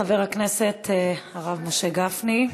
תודה רבה לחבר הכנסת הרב משה גפני.